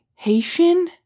Haitian